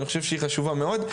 ואני חושב שהיא חשובה מאוד,